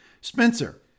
Spencer